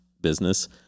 business